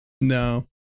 No